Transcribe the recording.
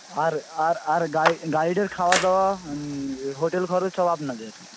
আর আর আর গাইডের খাওয়া দাওয়া হোটেল খরচ সব আপনাদের